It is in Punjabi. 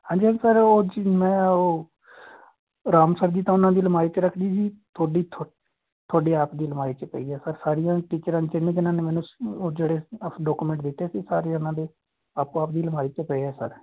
ਹਾਂਜੀ ਸਰ ਉਹ ਜੀ ਮੈਂ ਉਹ ਰਾਮ ਸਰ ਦੀ ਤਾਂ ਉਹਨਾਂ ਦੀ ਅਲਮਾਰੀ 'ਚ ਰੱਖਤੀ ਸੀ ਤੁਹਾਡੀ ਥੋ ਤੁਹਾਡੀ ਆਪ ਦੀ ਅਲਮਾਰੀ 'ਚ ਪਈ ਹੈ ਸਰ ਸਾਰੀਆਂ ਟੀਚਰਾਂ 'ਚ ਜਿਹਨੇ ਜਿਨ੍ਹਾਂ ਨੇ ਮੈਨੂੰ ਉਹ ਜਿਹੜੇ ਅਪ ਡਾਕੂਮੈਂਟ ਦਿੱਤੇ ਸੀ ਸਾਰੇ ਉਹਨਾਂ ਦੇ ਆਪੋ ਆਪ ਦੀ ਅਲਮਾਰੀ 'ਚ ਪਏ ਆ ਸਰ